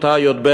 כיתה י"ב,